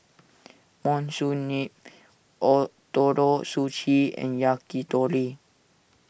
Monsunabe Ootoro Sushi and Yakitori